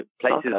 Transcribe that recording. places